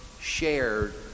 shared